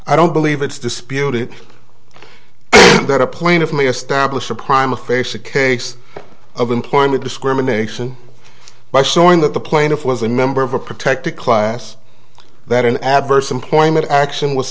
i don't believe it's disputed that a plaintiff me established a primal face a case of employment discrimination by showing that the plaintiff was a member of a protected class that an adverse employment action was